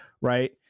right